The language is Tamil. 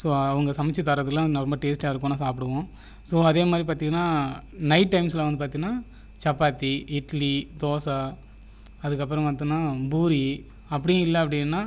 ஸோ அவங்க சமைத்து தரதெல்லாம் ரொம்ப டேஸ்டாக இருக்கும் நல்லா சாப்பிடுவோம் ஸோ அதே மாதிரி பார்த்தீங்கன்னா நைட் டைம்ஸ்சில் வந்து பார்த்தீங்கன்னா சப்பாத்தி இட்லி தோசை அதுக்கு அப்புறம் பார்த்தீங்கன்னா பூரி அப்படி இல்லை அப்படின்னால்